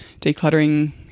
decluttering